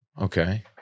Okay